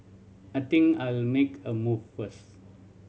I think I'll make a move first